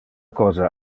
cosa